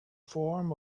form